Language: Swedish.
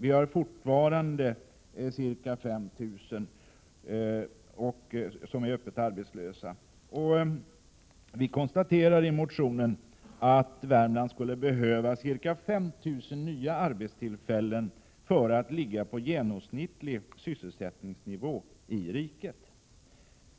Vi har fortfarande ca 5 000 öppet arbetslösa, och vi konstaterar i motionen att Värmland skulle behöva ca 5 000 nya arbetstillfällen för att ligga på genomsnittlig sysselsättningsnivå i riket.